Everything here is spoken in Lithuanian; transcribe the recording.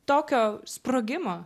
tokio sprogimo